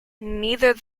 neither